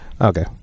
okay